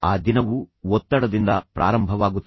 ಆ ದಿನವು ಒತ್ತಡದಿಂದ ಪ್ರಾರಂಭವಾಗುತ್ತದೆ